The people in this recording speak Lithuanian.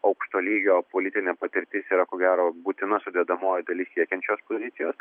aukšto lygio politinė patirtis yra ko gero būtina sudedamoji dalis siekiant šios pozicijos